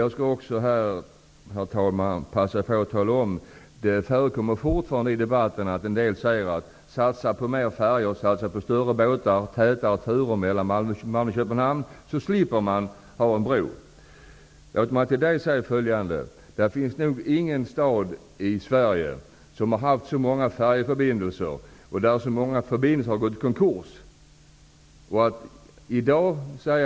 Det förekommer fortfarande i debatten förslag om att satsa på fler färjor, större båtar, tätare turer Malmö--Köpenhamn. Då skulle man, menar de, slippa ha en bro. Låt mig då säga följande. Det finns ingen stad i Sverige som haft så många färjeförbindelser, och där så många förbindelser gått i konkurs.